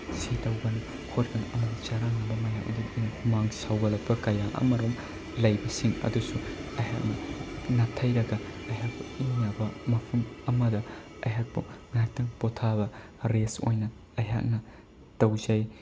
ꯁꯤ ꯇꯧꯒꯅꯨ ꯈꯣꯠꯀꯅꯨ ꯑꯃꯗꯤ ꯆꯔꯥꯡꯅꯕ ꯃꯌꯥꯝ ꯑꯗꯨꯗ ꯑꯩꯅ ꯍꯨꯃꯥꯡ ꯁꯧꯒꯠꯂꯛꯄ ꯀꯌꯥ ꯑꯃꯔꯣꯝ ꯂꯩꯕꯁꯤꯡ ꯑꯗꯨꯁꯨ ꯑꯩꯍꯥꯛꯅ ꯅꯥꯊꯩꯔꯒ ꯑꯩꯍꯥꯛꯄꯨ ꯏꯪꯅꯕ ꯃꯐꯝ ꯑꯃꯗ ꯑꯩꯍꯥꯛꯄꯨ ꯉꯥꯏꯍꯥꯛꯇꯪ ꯄꯣꯊꯥꯕ ꯔꯦꯁ ꯑꯣꯏꯅ ꯑꯩꯍꯥꯛꯅ ꯇꯧꯖꯩ